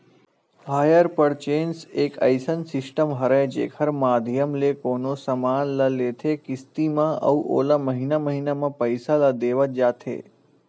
hire purchase एक अइसन system हरय जेखर माधियम ले कोनो समान ल लेथे किस्ती म अउ ओला महिना महिना म पइसा ल देवत जाथे